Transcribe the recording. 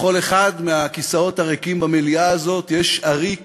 בכל אחד מהכיסאות במליאה הזאת יש עריק